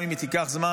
גם אם היא תיקח זמן,